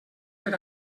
per